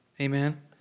Amen